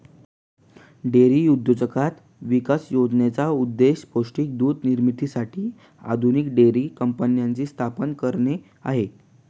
dairy उद्योजकता विकास योजनेचा उद्देश पौष्टिक दूध निर्मितीसाठी आधुनिक डेअरी कंपन्यांची स्थापना करणे आहे